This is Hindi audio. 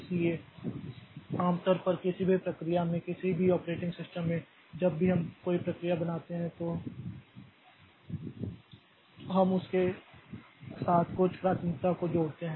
इसलिए आम तौर पर किसी भी प्रक्रिया में किसी भी ऑपरेटिंग सिस्टम में जब भी हम कोई प्रक्रिया बनाते हैं तो हम उसके साथ कुछ प्राथमिकता को जोड़ते हैं